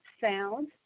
sound